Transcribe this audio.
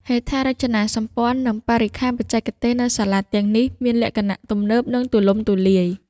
ហេដ្ឋារចនាសម្ព័ន្ធ និងបរិក្ខារបច្ចេកទេសនៅសាលាទាំងនេះមានលក្ខណៈទំនើបនិងទូលំទូលាយ។